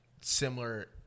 similar